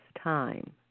time